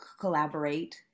collaborate